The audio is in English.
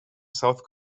south